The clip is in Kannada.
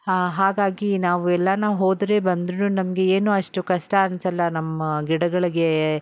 ಹಾ ಹಾಗಾಗಿ ನಾವು ಎಲ್ಲಾರು ಹೋದರೆ ಬಂದರು ನಮಗೆ ಏನು ಅಷ್ಟು ಕಷ್ಟ ಅನ್ಸೋಲ್ಲ ನಮ್ಮ ಗಿಡಗಳಿಗೆ